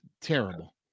terrible